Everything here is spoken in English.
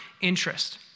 interest